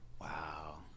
Wow